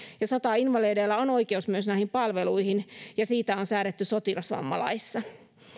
sotainvalideilla on oikeus näihin palveluihin ja siitä on säädetty sotilasvammalaissa